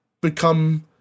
become